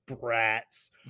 brats